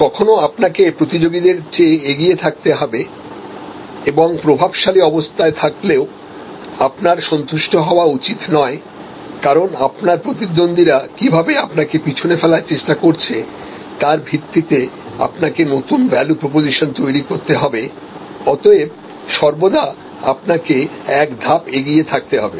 কখনো আপনাকে প্রতিযোগীদের চেয়ে এগিয়ে থাকতে হবে এবং প্রভাবশালী অবস্থায় থাকলেও আপনার সন্তুষ্ট হওয়া উচিত নয় কারণ আপনার প্রতিদ্বন্দ্বীরা কিভাবে আপনাকে পেছনে ফেলার চেষ্টা করছে তার ভিত্তিতে আপনাকে নতুন ভ্যালু প্রপোজিশন তৈরি করতে হবে অতএব সর্বদা আপনাকে একধাপ এগিয়ে থাকতে হবে